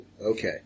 okay